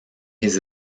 his